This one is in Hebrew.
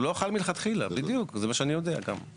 הוא לא חל מלכתחילה בדיוק, וזה מה שאני יודע גם.